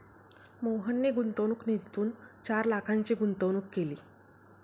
मोहनने गुंतवणूक निधीतून चार लाखांची गुंतवणूक केली